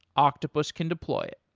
octopus can deploy it.